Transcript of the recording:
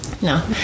No